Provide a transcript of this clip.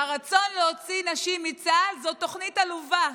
והרצון להוציא נשים מצה"ל זאת תוכנית עלובה.